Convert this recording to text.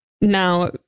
now